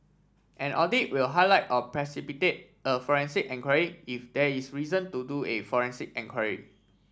an audit will highlight or precipitate a forensic enquiry if there is reason to do a forensic enquiry